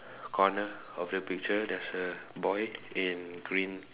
corner of the picture there's a boy in green